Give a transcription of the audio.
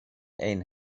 ein